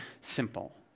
Simple